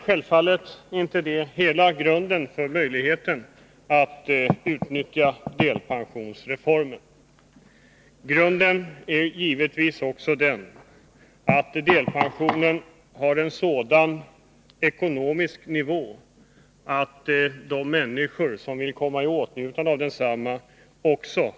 Självfallet var inte det den grundläggande förutsättningen, utan delpensionen skulle också ligga på en sådan ekonomisk nivå att människor hade råd att utnyttja den.